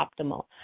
optimal